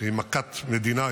שהיא מכת מדינה.